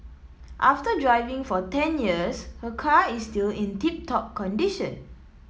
after driving for ten years her car is still in tip top condition